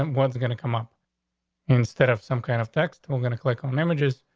um what's going to come up instead of some kind of text, we're gonna click on images,